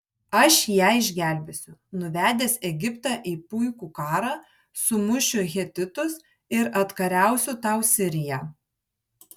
aš ją išgelbėsiu nuvedęs egiptą į puikų karą sumušiu hetitus ir atkariausiu tau siriją